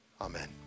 Amen